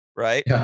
Right